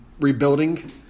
rebuilding